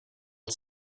the